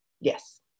Yes